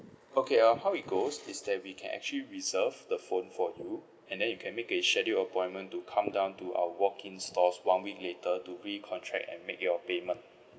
okay um how it goes is that we can actually reserve the phone for you and then you can make a scheduled appointment to come down to our walk in stores one week later to recontract and make your payment